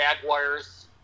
Jaguars